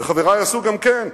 וחברי עשו גם כן,